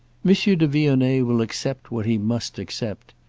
monsieur de vionnet will accept what he must accept.